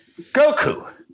Goku